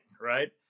right